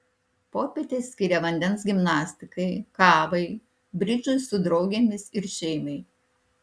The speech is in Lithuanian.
popietes skiria vandens gimnastikai kavai bridžui su draugėmis ir šeimai